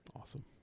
awesome